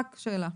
רק שאלה.